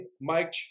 Mike